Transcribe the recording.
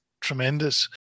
tremendous